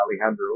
Alejandro